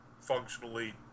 functionally